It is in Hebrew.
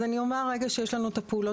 אז אני אומר רגע שיש לנו את הפעולות